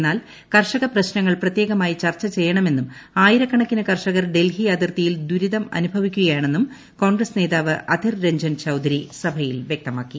് എന്നാൽ കർഷകപ്രശ്നങ്ങൾ പ്രത്യേകമായി ചർച്ച യുക്ച്ച്യ്യണമെന്നും ആയിരക്കണക്കിന് കർഷകർ ഡൽഫ്പി അതിർത്തിയിൽ ദുരിതം അനുഭവിക്കുകയാണെന്നും കോൺഗ്രസ് നേതാവ് അധിർ രഞ്ജൻ ചൌധരി സഭയിൽ വ്യക്തമാക്കി